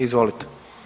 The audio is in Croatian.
Izvolite.